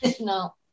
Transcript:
No